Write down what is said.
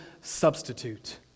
substitute